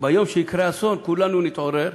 ביום שיקרה אסון כולנו נתעורר,